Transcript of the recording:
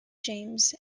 james